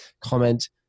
comment